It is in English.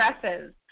dresses